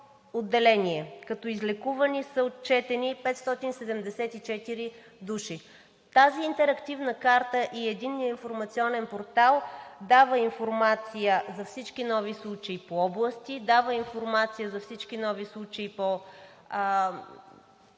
Като излекувани са отчетени 574 души. Тази интерактивна карта и Единният информационен портал дават информация за всички нови случаи по области, дават информация за всички нови случаи по